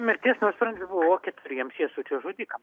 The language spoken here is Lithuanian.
mirties nuosprendis buvo keturiems jasučio žudikam